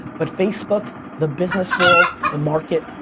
but facebook, the business world, the market,